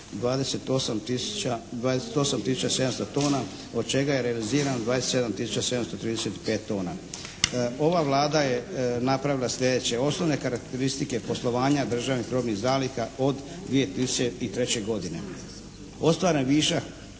700 tona od čega je realiziran 27 tisuća 735 tona. Ova Vlada je napravila sljedeće osnovne karakteristike poslovanja državnih robnih zaliha od 2003. godine. Ostvaren višak